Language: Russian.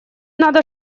надо